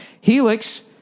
Helix